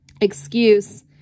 excuse